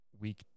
week